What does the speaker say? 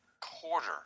quarter